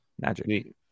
magic